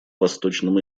восточном